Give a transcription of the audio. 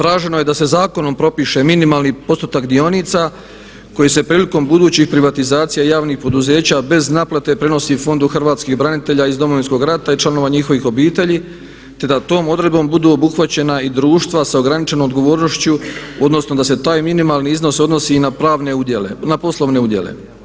Traženo je da se zakonom propiše minimalni postotak dionica koji se prilikom budućih privatizacija i javnih poduzeća bez naplate prenosi Fondu hrvatskih branitelja iz Domovinskog rata i članova njihovih obitelji, te da tom odredbom budu obuhvaćena i društva sa ograničenom odgovornošću, odnosno da se taj minimalni iznos odnosi i na poslovne udjele.